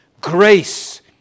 grace